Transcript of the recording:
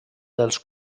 dels